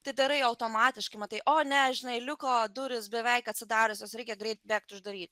tai darai automatiškai matai o ne žinai liuko durys beveik atsidariusios reikia greit bėgt uždaryt